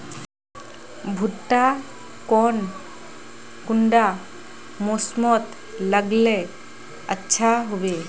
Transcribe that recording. भुट्टा कौन कुंडा मोसमोत लगले अच्छा होबे?